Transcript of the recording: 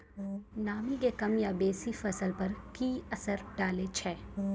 नामी के कम या बेसी फसल पर की असर डाले छै?